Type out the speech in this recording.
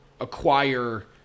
acquire –